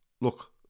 look